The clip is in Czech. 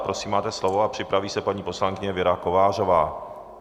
Prosím, máte slovo, a připraví se paní poslankyně Věra Kovářová.